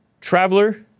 traveler